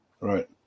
Right